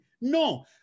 No